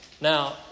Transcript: Now